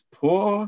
poor